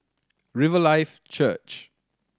Riverlife Church